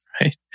Right